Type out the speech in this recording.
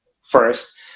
first